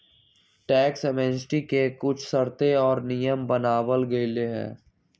tax amnesty के कुछ शर्तें और नियम बनावल गयले है